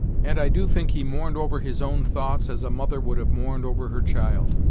and i do think he mourned over his own thoughts as a mother would have mourned over her child.